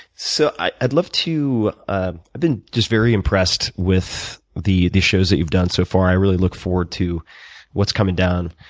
so i'd love to i've been just very impressed with these shows that you've done so far. i really look forward to what's coming down